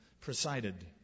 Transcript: presided